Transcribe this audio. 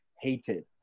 hated